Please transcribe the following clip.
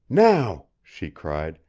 now! she cried.